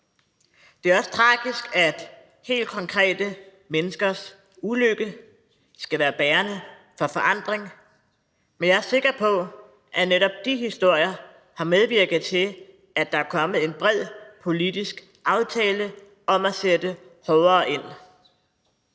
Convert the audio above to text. Det er også tragisk, at helt konkrete menneskers ulykke skal være bærende for forandring, men jeg er sikker på, at netop disse historier har medvirket til, at der er kommet en bred politisk aftale om at sætte hårdere ind.